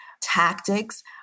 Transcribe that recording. tactics